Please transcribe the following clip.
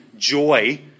Joy